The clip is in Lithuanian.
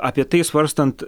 apie tai svarstant